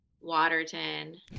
Waterton